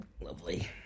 Lovely